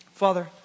Father